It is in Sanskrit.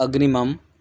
अग्रिमम्